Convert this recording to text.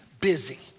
busy